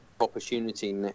opportunity